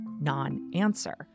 non-answer